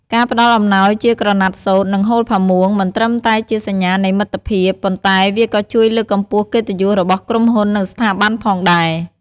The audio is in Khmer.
ការផ្តល់អំណោយជាក្រណាត់សូត្រ និងហូលផាមួង មិនត្រឹមតែជាសញ្ញានៃមិត្តភាព ប៉ុន្តែវាក៏ជួយលើកកម្ពស់កិត្តិយសរបស់ក្រុមហ៊ុន ឬស្ថាប័នផងដែរ។